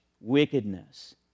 wickedness